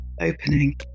opening